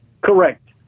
Correct